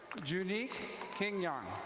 judy kenyon.